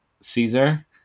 Caesar